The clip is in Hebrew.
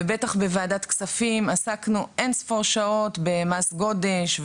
ובטח בוועדת הכספים עסקנו אינספור שעות במס גודש,